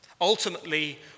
Ultimately